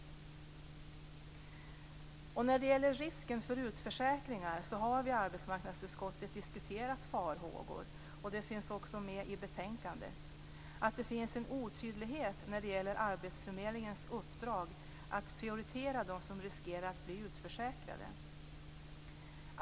När det gäller risken för utförsäkringar har vi i arbetsmarknadsutskottet diskuterat farhågorna - det finns också med i betänkandet - att det finns en otydlighet när det gäller arbetsförmedlingens uppdrag att prioritera dem som riskerar att bli utförsäkrade.